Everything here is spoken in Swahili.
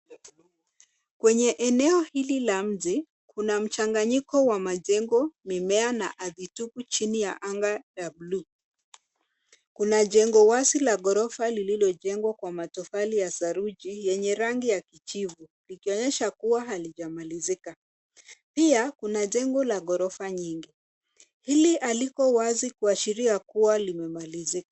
Kwenye eneo hili la mji, kuna mchanganyiko wa majengo, mimea na ardhi tupu chini ya anga la buluu. Kuna jengo wazi la ghorofa lililojengwa kwa matofali ya saruji yenye rangi ya kijivu ikionyesha kuwa halijamalizika. Pia kuna jengo la ghorofa nyingi. Hili halipo wazi kuashiria kuwa limemalizika.